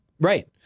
Right